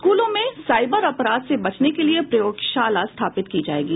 स्कूलों में साइबर अपराध से बचने के लिये प्रयोगशाला स्थापित की जायेगी